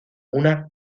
una